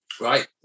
right